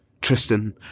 Tristan